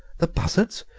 the buzzards,